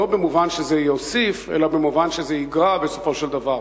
לא במובן שזה יוסיף אלא במובן שזה יגרע בסופו של דבר.